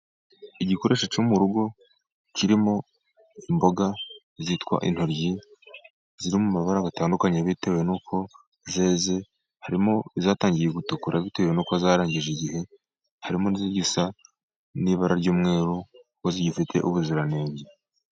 Igikoresho cyo mu rugo kirimo imboga zitwa intoryi. Ziri mu mabara atandukanye bitewe n'uko zeze. Harimo izatangiye gutukura bitewe n'uko zarangije igihe, harimo n'izigisa n'ibara ry'umweru, kuko zigifite ubuziranenge.